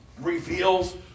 reveals